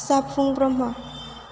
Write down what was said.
जाफुं ब्रह्म